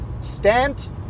stand